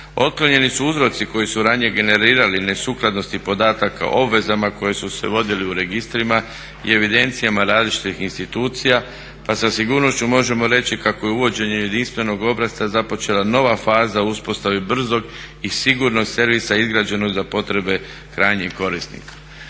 Otklonjeni su uzroci koji su ranije generirali nesukladnost podataka o obvezama koji su se vodili u registrima i evidencijama različitih institucija pa sa sigurnošću možemo reći kako je uvođenjem jedinstvenog obrasca započela nova faza u uspostavi brzog i sigurnog servisa izgrađenog za potrebe krajnjih korisnika.